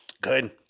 good